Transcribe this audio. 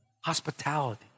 Hospitality